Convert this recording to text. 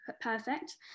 perfect